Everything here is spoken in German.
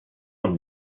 und